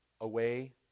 away